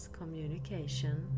communication